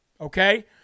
Okay